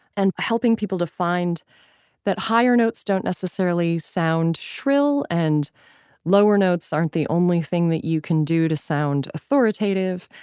and helping people to find that higher notes don't necessarily sound shrill, and lower notes aren't the only thing that you can do to sound authoritative.